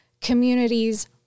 Communities